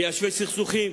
מיישבי סכסוכים,